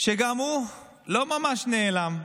שגם הוא לא ממש נעלם,